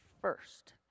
first